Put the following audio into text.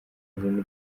rurimi